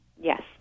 Yes